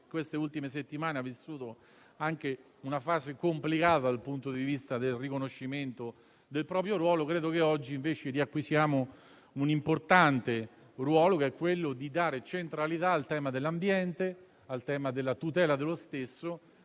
nelle ultime settimane ha vissuto anche una fase complicata al punto di vista del riconoscimento del proprio ruolo. Oggi invece riacquisiamo un importante ruolo, che è quello di dare centralità al tema dell'ambiente e della sua tutela, mettendolo